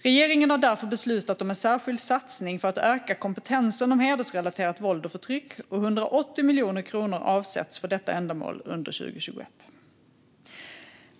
Regeringen har därför beslutat om en särskild satsning för att öka kompetensen om hedersrelaterat våld och förtryck, och 180 miljoner kronor avsätts för detta ändamål under 2021.